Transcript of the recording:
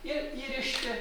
ir įrišti